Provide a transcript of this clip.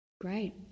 great